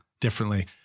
differently